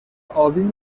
ابی